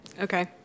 Okay